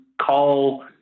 call